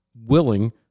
willing